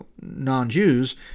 non-Jews